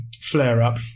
flare-up